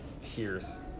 hears